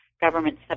government